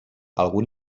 algun